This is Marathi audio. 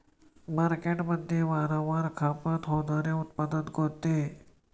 मार्केटमध्ये वारंवार खपत होणारे उत्पादन कोणते?